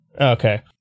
Okay